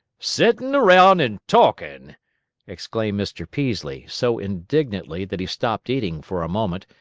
settin round an' talkin' exclaimed mr. peaslee, so indignantly that he stopped eating for a moment,